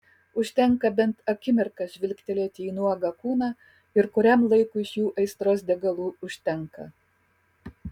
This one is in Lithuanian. užtenka bent akimirką žvilgtelėti į nuogą kūną ir kuriam laikui šių aistros degalų užtenka